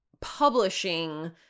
publishing